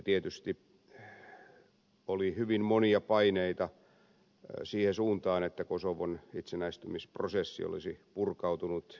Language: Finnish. tietysti oli hyvin monia paineita siihen suuntaan että kosovon itsenäistymisprosessi olisi purkautunut epätoivottavalla tavalla